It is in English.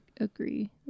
agree